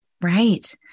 Right